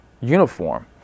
uniform